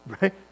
Right